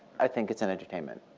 i think it's an entertainment.